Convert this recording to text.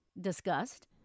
discussed